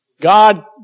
God